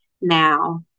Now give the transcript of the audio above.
now